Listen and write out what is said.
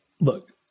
look